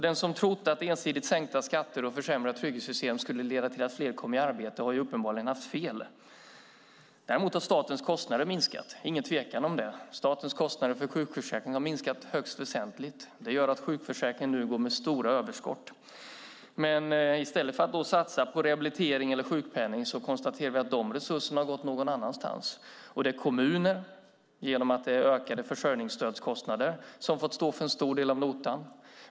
Den som trott att ensidigt sänkta skatter och försämrade trygghetssystem skulle leda till att fler kom i arbete har alltså uppenbarligen haft fel. Däremot har statens kostnader minskat; det är ingen tvekan om det. Statens kostnader för sjukförsäkring har minskat högst väsentligt. Det gör att sjukförsäkringen nu går med stora överskott. Men i stället för att satsas på rehabilitering eller sjukpenning har de resurserna gått någon annanstans. Det är kommuner som fått stå för en stor del av notan genom ökade försörjningsstödskostnader.